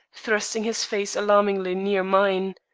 thrusting his face alarmingly near mine.